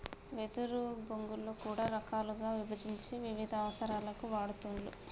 వెదురు బొంగులో కూడా రకాలుగా విభజించి వివిధ అవసరాలకు వాడుతూండ్లు